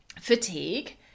fatigue